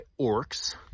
orcs